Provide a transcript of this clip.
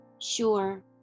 sure